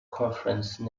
conference